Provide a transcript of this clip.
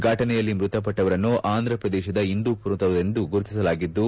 ಘಟನೆಯಲ್ಲಿ ಮೃತಪಟ್ಟವರನ್ನು ಆಂಧ್ರ ಪ್ರದೇಶದ ಇಂದೂಮರದವರೆಂದು ಗುರುತಿಸಲಾಗಿದ್ದು